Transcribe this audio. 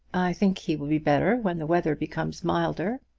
i think he will be better when the weather becomes milder,